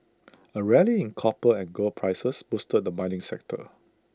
A rally in copper and gold prices boosted the mining sector